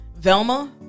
Velma